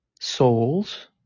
souls